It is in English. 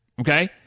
Okay